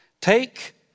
Take